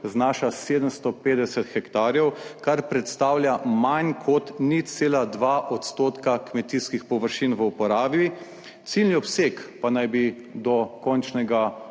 znaša 750 hektarjev, kar predstavlja manj kot 0,2 % kmetijskih površin v uporabi, ciljni obseg pa naj bi do končnega